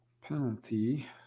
penalty